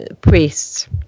priests